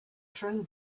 throw